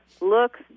looks